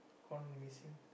gone missing